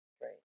great